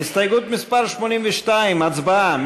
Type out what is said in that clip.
הסתייגות מס' 82, הצבעה.